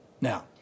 Now